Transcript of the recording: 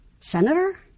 Senator